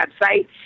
website